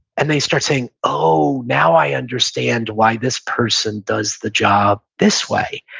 and they start saying, oh, now i understand why this person does the job this way.